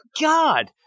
god